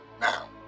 now